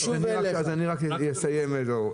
אני רק אסיים את דבריי.